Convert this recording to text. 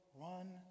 Run